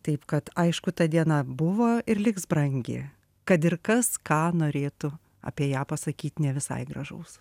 taip kad aišku ta diena buvo ir liks brangi kad ir kas ką norėtų apie ją pasakyt ne visai gražaus